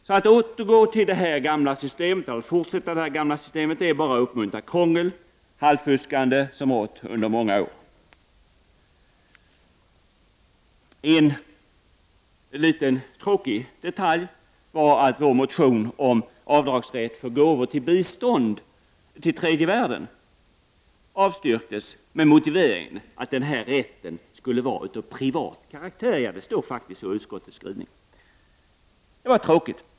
Om vi fortsätter med det gamla systemet innebär det endast att vi uppmuntrar till krångel och så att säga halvfuskande, som också har förekommit under många år. Så till en annan detalj. Det är litet tråkigt att vår motion om rätt till avdrag för gåvor till bistånd avsett för tredje världen avstyrks av utskottet med motiveringen att denna rätt skall vara av ”privat karaktär”. Så tråkigt!